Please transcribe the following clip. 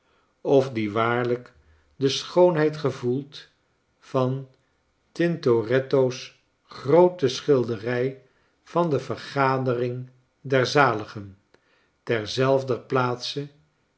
of die waarlijk de schoonheid gevoelt van tintoretto's groote schilderij van de yergadering der zaligen ter zelfder plaatse